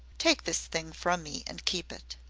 take this thing from me and keep it.